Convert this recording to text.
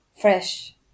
fresh